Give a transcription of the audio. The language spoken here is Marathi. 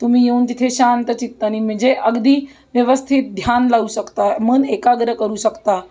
तुम्ही येऊन तिथे शांत चित्ताने म्हणजे अगदी व्यवस्थित ध्यान लावू शकता मन एकाग्र करू शकता